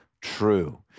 true